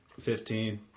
Fifteen